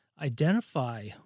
identify